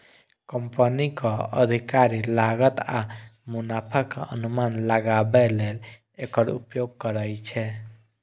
कंपनीक अधिकारी लागत आ मुनाफाक अनुमान लगाबै लेल एकर उपयोग करै छै